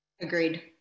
agreed